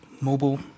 mobile